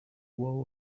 who